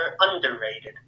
underrated